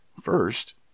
First